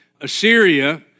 Assyria